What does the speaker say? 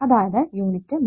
അതായതു യൂണിറ്റ് 34